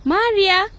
Maria